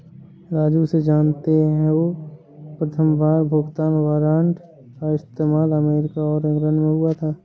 राजू से जानते हो प्रथमबार भुगतान वारंट का इस्तेमाल अमेरिका और इंग्लैंड में हुआ था